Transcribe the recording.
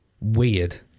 Weird